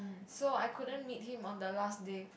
so I couldn't meet him on the last day